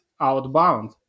outbound